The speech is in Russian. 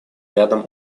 рядом